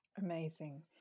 amazing